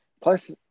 plus